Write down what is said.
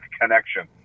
connection